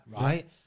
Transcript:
right